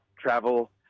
travel